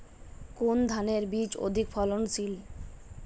কোন ধানের বীজ অধিক ফলনশীল?